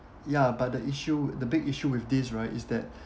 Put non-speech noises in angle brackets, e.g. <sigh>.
ya but the issue the big issue with this right is that <breath>